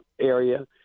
area